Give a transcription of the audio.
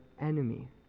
enemy